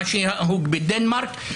כמו שאתה אוהב לקיים פה דיוני עומק,